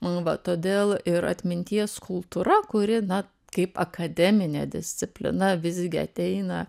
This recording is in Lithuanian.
nu va todėl ir atminties kultūra kuri na kaip akademinė disciplina visgi ateina